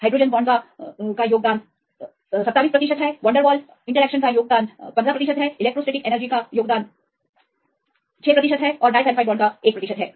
और hydrogen bond 27 प्रतिशत तक वनडेर वाल्स 15 प्रतिशत इलेक्ट्रोस्टैटिक 6 प्रतिशत और डाइसल्फ़ाइड 1 प्रतिशत